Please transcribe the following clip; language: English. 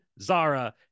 Zara